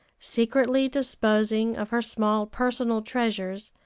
secretly disposing of her small personal treasures,